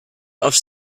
aufs